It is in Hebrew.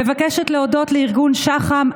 מבקשת להודות לארגונים שח"ם,